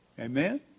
Amen